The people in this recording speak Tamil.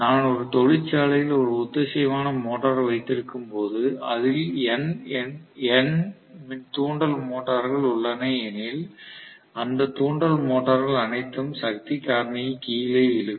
நான் ஒரு தொழிற்சாலையில் ஒரு ஒத்திசைவான மோட்டார் வைத்திருக்கும் போது அதில் N தூண்டல் மோட்டார்கள் உள்ளன எனில் அந்த தூண்டல் மோட்டார்கள் அனைத்தும் சக்தி காரணியைக் கீழே இழுக்கும்